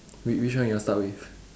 wait which one you want start with